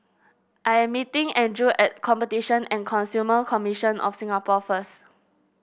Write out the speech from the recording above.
I am meeting Andrew at Competition and Consumer Commission of Singapore first